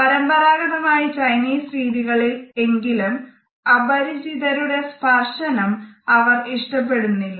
പരമ്പരാഗതമായ ചൈനീസ് രീതികളിൽ എങ്കിലും അപരിചിതരുടെ സ്പർശനം അവർ ഇഷ്ടപ്പെടുന്നില്ല